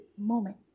moment